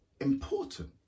important